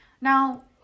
Now